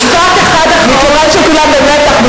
מכיוון שכולם במתח,